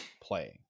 playing